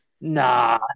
Nah